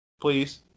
Please